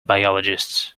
biologists